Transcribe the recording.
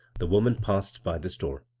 the woman passed by this door.